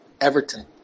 Everton